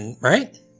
right